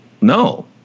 no